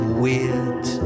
weird